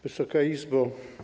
Wysoka Izbo!